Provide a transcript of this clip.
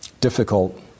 difficult